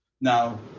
now